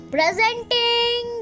Presenting